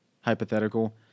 hypothetical